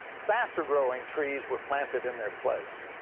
faster-growing trees were planted in their place.